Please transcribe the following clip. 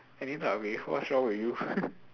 any type of beef what's wrong with you